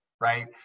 right